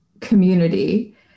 community